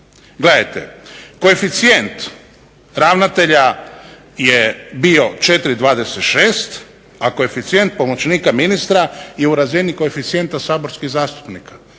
Gledajte, koeficijent ravnatelja je bio 4,26, a koeficijent pomoćnika ministra je u razini koeficijenta saborskih zastupnika,